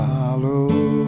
Follow